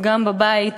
וגם בבית,